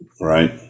Right